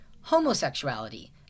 homosexuality